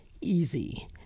easy